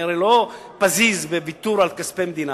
אני הרי לא פזיז בוויתור על כספי מדינה.